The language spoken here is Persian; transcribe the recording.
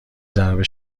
ضربه